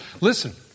Listen